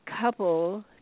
couple